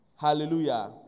Hallelujah